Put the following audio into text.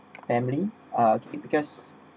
family uh because